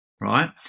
Right